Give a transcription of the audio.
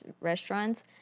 restaurants